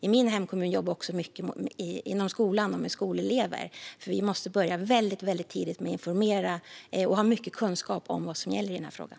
I min hemkommun jobbar vi mycket inom skolan, med skolelever, för vi måste börja väldigt tidigt med att informera och sprida kunskap om vad som gäller i den här frågan.